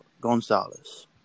Gonzalez